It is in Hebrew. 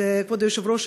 כבוד היושב-ראש,